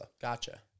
Gotcha